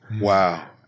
wow